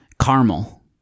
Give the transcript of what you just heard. Caramel